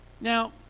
Now